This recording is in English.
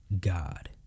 God